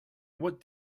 what